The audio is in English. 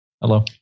Hello